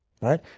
Right